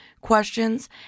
questions